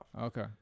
Okay